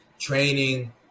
training